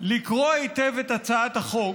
לקרוא היטב את הצעת החוק